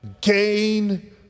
gain